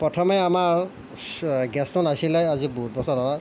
প্ৰথমে আমাৰ গেছটো নাছিলে আজি বহুত বছৰ হ'ল